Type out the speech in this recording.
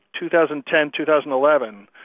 2010-2011